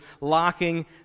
locking